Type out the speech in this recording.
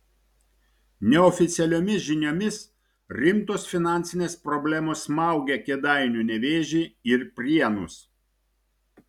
neoficialiomis žiniomis rimtos finansinės problemos smaugia kėdainių nevėžį ir prienus